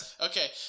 Okay